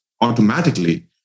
automatically